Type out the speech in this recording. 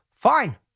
Fine